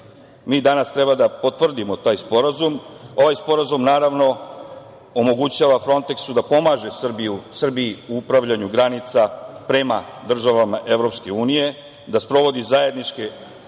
mi danas trebamo da potvrdimo taj sporazum. Ovaj sporazum naravno omogućava Fronteksu da pomaže Srbiji u upravljanju granica prema državama EU, da sprovodi zajedničke